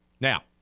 Now